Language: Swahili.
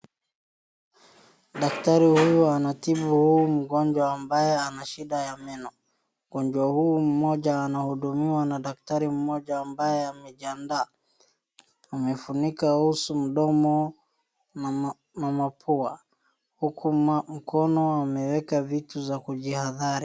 Daktari huyu anatibu huu mgonjwa ambaye ana shida ya meno. Mgonjwa huyu mmoja anahudumiwa na daktari mmoja ambaye amejiandaa. Amefunika uso, mdomo na mapua, huku mkono ameweka vitu za kujiadhari.